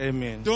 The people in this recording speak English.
Amen